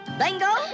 bingo